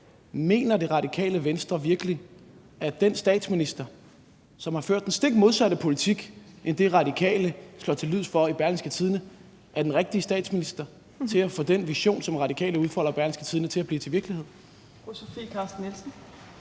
Mener Det Radikale Venstre virkelig, at den statsminister, som har ført den stik modsatte politik end det, Radikale slår til lyd for i Berlingske, er den rigtige statsminister til at få den vision, som Radikale udfolder i Berlingske, til at blive til virkelighed?